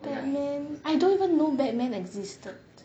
batman I don't even know batman existed